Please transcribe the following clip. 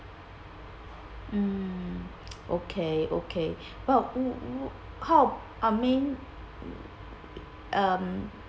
mm okay okay what how I mean um